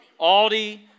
Aldi